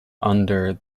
under